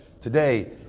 today